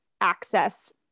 access